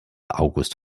august